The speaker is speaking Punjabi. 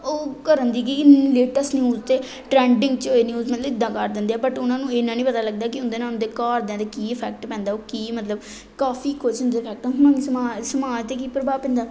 ਉਹ ਕਰਨ ਦੀ ਗਈ ਲੇਟੈਸਟ ਨਿਊਜ਼ 'ਤੇ ਟਰੈਂਡਿੰਗ 'ਚ ਹੋਏ ਨਿਊਜ਼ ਮਤਲਬ ਇੱਦਾਂ ਕਰ ਦਿੰਦੇ ਆ ਬਟ ਉਹਨਾਂ ਨੂੰ ਇੰਨਾ ਨਹੀਂ ਪਤਾ ਲੱਗਦਾ ਕਿ ਉਹਦੇ ਨਾਲ ਉਹਨਾਂ ਦੇ ਘਰਦਿਆਂ 'ਤੇ ਕੀ ਇਫੈਕਟ ਪੈਂਦਾ ਉਹ ਕੀ ਮਤਲਬ ਕਾਫੀ ਕੁਝ ਉਹਨਾਂ 'ਤੇ ਇਫੈਕਟ ਹੈ ਹੁਣ ਸਮਾਜ ਸਮਾਜ 'ਤੇ ਕੀ ਪ੍ਰਭਾਵ ਪੈਂਦਾ